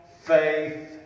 faith